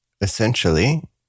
essentially